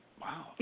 wow